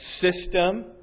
system